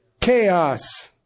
Chaos